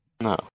No